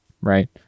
right